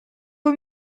vos